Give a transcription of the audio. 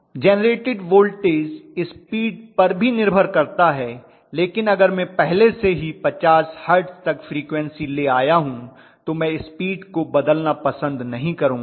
professor generated voltage speed पर भी निर्भर करता है लेकिन अगर मैं पहले से ही 50 हर्ट्ज तक फ्रीक्वन्सी ले आया हूं तो मैं स्पीड को बदलना पसंद नहीं करूंगा